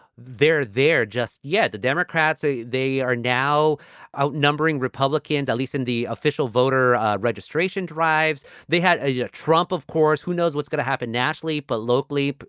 they're there just yet. the democrats say they are now outnumbering republicans, at least in the official voter registration drives. they had a yeah trump, of course, who knows what's going to happen nationally, but locally, but